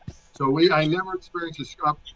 so we i never experience a stuff.